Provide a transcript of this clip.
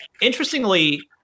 interestingly